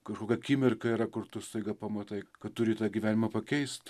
kažkokia akimirka yra kur tu staiga pamatai kad turi tą gyvenimą pakeist